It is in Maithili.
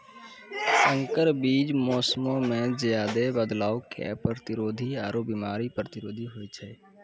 संकर बीज मौसमो मे ज्यादे बदलाव के प्रतिरोधी आरु बिमारी प्रतिरोधी होय छै